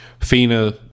Fina